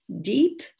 deep